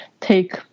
take